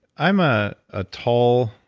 i'm ah a tall,